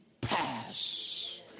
pass